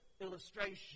illustration